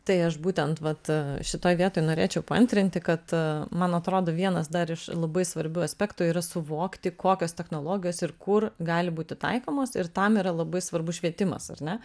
tai aš būtent vat šitoj vietoj norėčiau paantrinti kad man atrodo vienas dar iš labai svarbių aspektų yra suvokti kokios technologijos ir kur gali būti taikomos ir tam yra labai svarbus švietimas ar ne